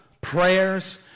prayers